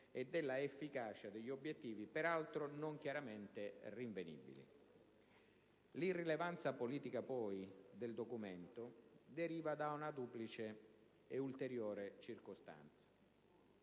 e dell'efficacia degli obiettivi, peraltro non chiaramente rinvenibili. L'irrilevanza politica poi del documento deriva da un'ulteriore duplice circostanza.